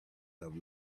have